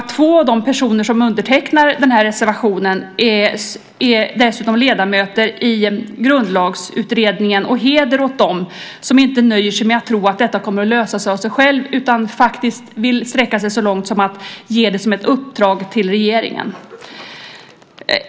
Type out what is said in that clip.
Två av de personer som står bakom denna reservation är dessutom ledamöter i Grundlagsutredningen. Och heder åt dem som inte nöjer sig med att tro att detta kommer att lösa sig av sig självt utan faktiskt vill sträcka sig så långt som att ge det som ett uppdrag till regeringen.